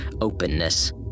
openness